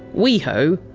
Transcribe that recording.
weho,